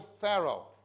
Pharaoh